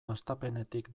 hastapenetik